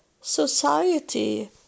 society